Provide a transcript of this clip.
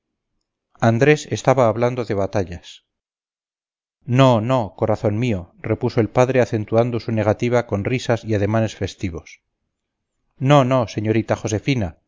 andrés estaba hablando de batallas no no corazón mío repuso el padre acentuando su negativa con risas y ademanes festivos no no señorita josefina